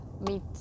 meet